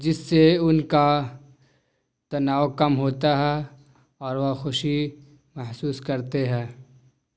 جس سے ان کا تناؤ کم ہوتا ہے اور وہ خوشی محسوس کرتے ہیں